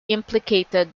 implicated